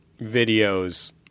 videos